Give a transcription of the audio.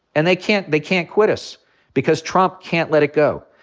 and they can't they can't quit us because trump can't let it go.